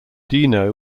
dino